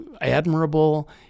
admirable